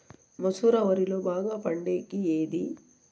మసూర వరిలో బాగా పండేకి ఏది?